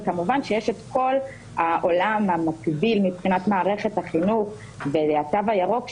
וכמובן יש את כל העולם המקביל מבחינת מערכת החינוך והתו הירוק,